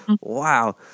wow